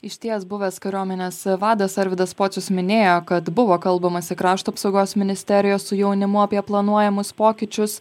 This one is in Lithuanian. išties buvęs kariuomenės vadas arvydas pocius minėjo kad buvo kalbamasi krašto apsaugos ministerijos su jaunimu apie planuojamus pokyčius